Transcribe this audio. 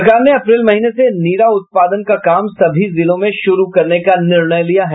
सरकार ने अप्रैल महीने से नीरा उत्पादन का काम सभी जिलों में शुरू करने का निर्णय लिया है